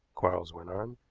quarles went on.